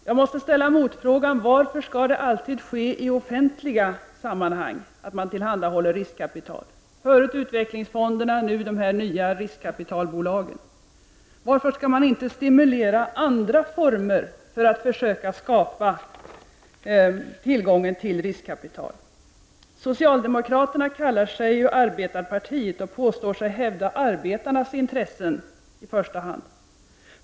Jag måste ställa motfrågan: Varför skall riskkapital alltid tillhandahållas genom det offentliga, förut utvecklingsfonderna och nu de nya riskkapitalbolagen? Varför skall man inte stimulera andra former för att försöka skapa tillgång till risk kapital? Socialdemokraterna kallar sig för arbetarpartiet och påstår sig hävda i första hand arbetarnas intressen.